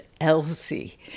Elsie